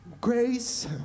Grace